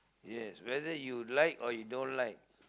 yes whether you like or you don't like